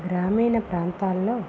గ్రామీణ ప్రాంతాలలో